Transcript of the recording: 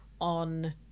on